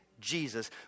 Jesus